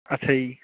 ਅੱਛਾ ਜੀ